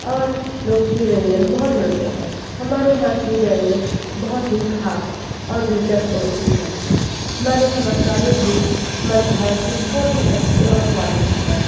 और लोकप्रिय व्यंजन बहुत मिलते हैं हमारे यहाँ कि व्यंजन बहुत ही ख़ास और दिलचस्प होती है हमारे यहाँ मसाले भी हमारे भारत के बहुत ही अच्छी और स्वादिष्ट हैं